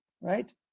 Right